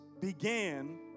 began